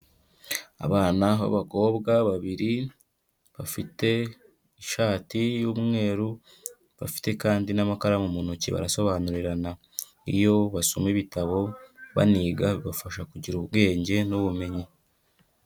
Abana b'abakobwa babiri bafite ishati y'umweru bafite kandi n'amakaramu mu ntoki barasobanurirana, iyo basoma ibitabo baniga bibafasha kugira ubwenge n'ubumenyi.